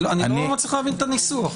אני לא מצליח להבין את הניסוח.